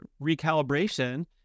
recalibration